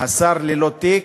השר ללא תיק,